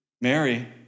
Mary